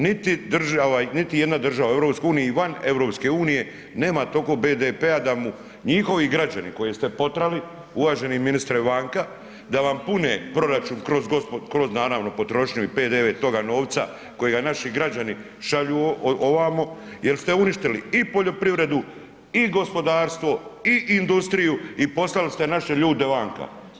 Niti jedna država u EU i van EU nema toliko BDP-a da mu njihovi građani koje ste potrali, uvaženi ministra vanka, da vam pune proračun kroz naravno potrošnju i PDV toga novca kojega naši građani šalju ovamo jel ste uništili i poljoprivredu i gospodarstvo i industriju i poslali ste naše ljude vanka.